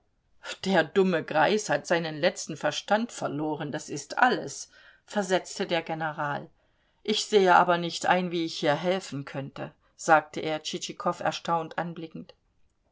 der dumme greis hat seinen letzten verstand verloren das ist alles versetzte der general ich sehe aber nicht ein wie ich hier helfen könnte sagte er tschitschikow erstaunt anblickend